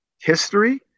history